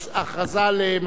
בבקשה.